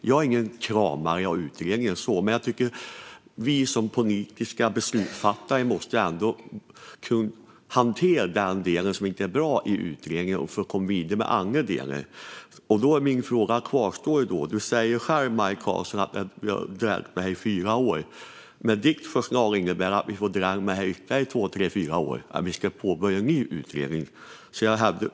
Jag är ingen utredningskramare, men jag tycker att vi som politiska beslutsfattare måste kunna hantera de delar som inte är bra i utredningar för att kunna komma vidare med andra delar. Min fråga kvarstår. Maj Karlsson säger själv att detta har dröjt i fyra år. Men hennes förslag om att vi ska påbörja en ny utredning innebär att vi får dröja med det här ytterligare två, tre, fyra år.